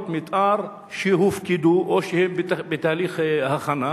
מיתאר שהופקדו או שהן בתהליך הכנה,